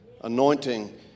anointing